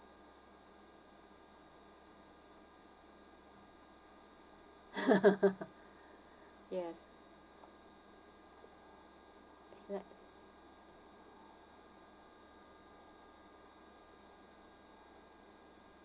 yes is it